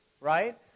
right